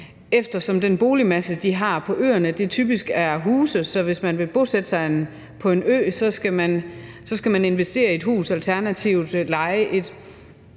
eftersom den boligmasse, de har på øerne, typisk er huse. Så hvis man vil bosætte sig på en ø, skal man investere i et hus, alternativt leje et,